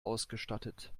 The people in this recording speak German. ausgestattet